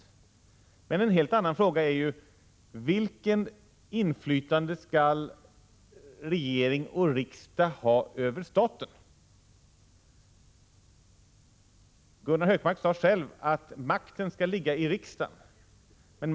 28 Men en helt annan fråga är: Vilket inflytande skall regering och riksdag ha över staten? Gunnar Hökmark sade själv att makten skall ligga hos Prot. 1986/87:122 riksdagen.